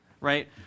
right